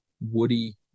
woody